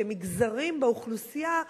כמגזרים באוכלוסייה,